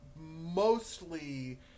mostly